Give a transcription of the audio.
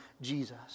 Jesus